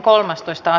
asia